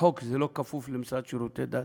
בחוק זה לא כפוף למשרד לשירותי דת,